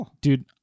Dude